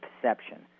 perception